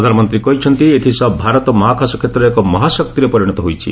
ପ୍ରଧାନମନ୍ତ୍ରୀ କହିଛନ୍ତି' ଏଥିସହିତ ଭାରତ ମହାକାଶ କ୍ଷେତ୍ରରେ ଏକ ମହାଶକ୍ତିରେ ପରିଣତ ହୋଇଛି